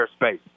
airspace